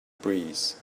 breeze